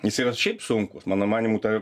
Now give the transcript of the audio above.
jis yra šiaip sunkus mano manymu tą